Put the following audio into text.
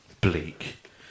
bleak